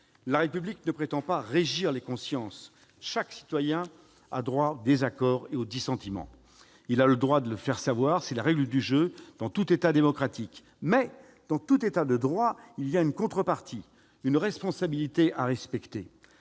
La République ne prétend pas régir les consciences. Chaque citoyen a droit au désaccord et au dissentiment. Il a le droit de le faire savoir. C'est la règle du jeu dans tout État démocratique. Mais dans tout État de droit, il y a une contrepartie, une responsabilité à respecter.